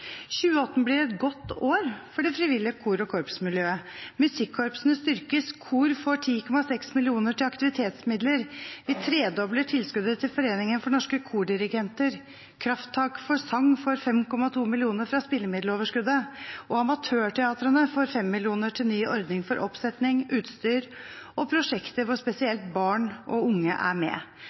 2018 blir et godt år for det frivillige kor- og korpsmiljøet. Musikkorpsene styrkes. Kor får 10,6 mill. kr til aktivitetsmidler. Vi tredobler tilskuddet til Foreningen norske kordirigenter. Krafttak for sang får 5,2 mill. kr fra spillemiddeloverskuddet. Og amatørteatrene får 5 mill. kr til ny ordning for oppsetning, utstyr og prosjekter hvor spesielt barn og unge er med.